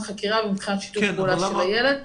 חקירה ומבחינת שיתוף הפעולה של הילד,